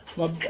what?